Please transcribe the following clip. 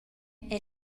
era